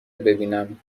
ببینم